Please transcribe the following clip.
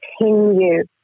continue